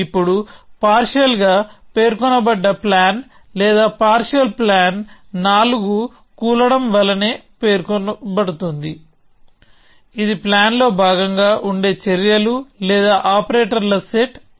ఇప్పుడు పార్షియల్ గా పేర్కొనబడ్డ ప్లాన్ లేదా పార్షియల్ ప్లాన్ నాలుగు టోపిల్ వలే పేర్కొనబడుతుంది ఇది ప్లాన్ లో భాగంగా ఉండే చర్యలు లేదా ఆపరేటర్ల సెట్ A